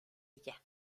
ella